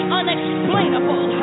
unexplainable